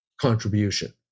contribution